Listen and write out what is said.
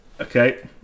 Okay